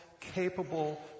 capable